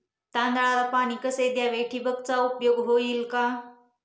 तांदळाला पाणी कसे द्यावे? ठिबकचा उपयोग होईल का?